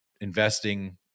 investing